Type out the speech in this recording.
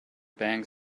bank